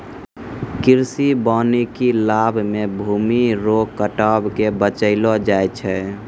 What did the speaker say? कृषि वानिकी लाभ मे भूमी रो कटाव के बचैलो जाय छै